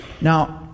Now